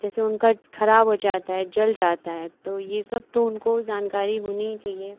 जैसे उनका खराब हो जाता है जल जाता है तो यह सब तो उनको जानकारी होनी ही चाहिए